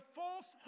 false